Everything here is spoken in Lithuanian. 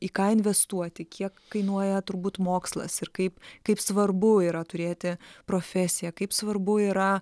į ką investuoti kiek kainuoja turbūt mokslas ir kaip kaip svarbu yra turėti profesiją kaip svarbu yra